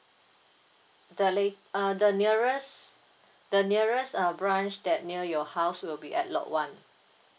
the lat~ uh the nearest the nearest uh branch that near your house will be at lot one